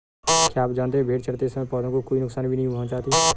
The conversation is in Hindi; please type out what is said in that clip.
क्या आप जानते है भेड़ चरते समय पौधों को कोई नुकसान भी नहीं पहुँचाती